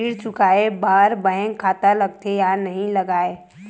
ऋण चुकाए बार बैंक खाता लगथे या नहीं लगाए?